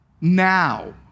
now